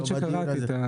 האמת היא שקראתי את הציוץ.